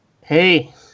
Hey